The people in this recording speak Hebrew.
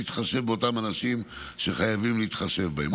להתחשב באותם אנשים שחייבים להתחשב בהם.